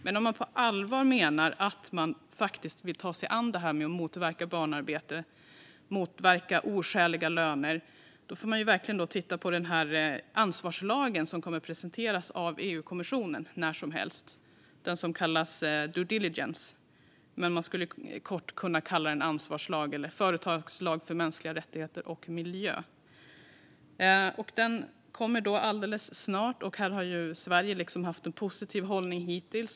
Men om man på allvar menar att man faktiskt vill ta sig an att motverka barnarbete och motverka oskäliga löner får man verkligen titta på den ansvarslag som kommer att presenteras av EU-kommissionen när som helst, den som kallas due diligence. Man skulle kunna kalla den ansvarslag eller företagslag för mänskliga rättigheter och miljö. Den kommer alltså snart, och här har Sverige haft en positiv hållning hittills.